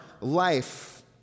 life